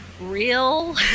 real